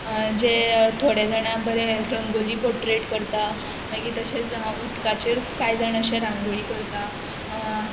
जे थोडे जाणां बरें रंगोली पोर्ट्रेट करता मागीर तशेंच उदकाचेर कांय जाणां अशें रांगोळी करता